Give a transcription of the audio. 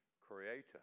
creator